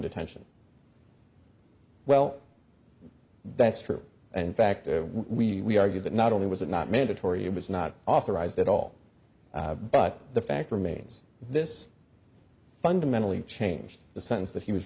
detention well that's true and in fact we argued that not only was it not mandatory it was not authorized at all but the fact remains this fundamentally changed the sense that he was